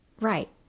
Right